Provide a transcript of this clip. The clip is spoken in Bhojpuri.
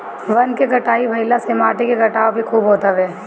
वन के कटाई भाइला से माटी के कटाव भी खूब होत हवे